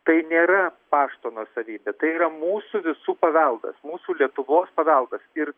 tai nėra pašto nuosavybė tai yra mūsų visų paveldas mūsų lietuvos paveldas ir